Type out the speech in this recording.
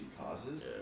causes